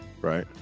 Right